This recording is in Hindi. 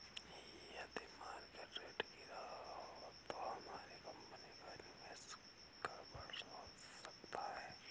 यदि मार्केट रेट गिरा तो हमारी कंपनी का निवेश गड़बड़ा सकता है